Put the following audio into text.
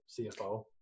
CFO